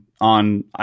on